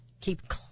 Keep